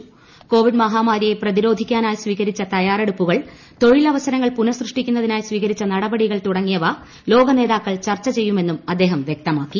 covid മഹാമാരിയെ പ്രതിരോധിക്കാനായി സ്വീകരിച്ച തയ്യാറ്റെടുപ്പുകൾ തൊഴിലവസരങ്ങൾ പുനഃസൃഷ്ടിക്കുന്ന്തിനായി സ്വീകരിച്ച നടപടികൾ തുടങ്ങിയവ ലോക്ന്റേതാക്കൾ ചർച്ച ചെയ്യുമെന്നും അദ്ദേഹം വ്യക്തമാക്കി